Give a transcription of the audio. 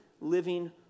living